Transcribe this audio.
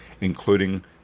including